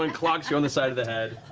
and clocks you on the side of the head.